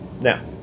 Now